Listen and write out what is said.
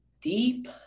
deep